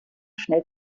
schnell